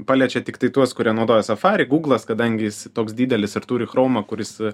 paliečia tiktai tuos kurie naudoja safarį guglas kadangi jis toks didelis ir turi chromą kuris